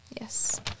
yes